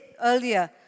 earlier